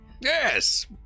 Yes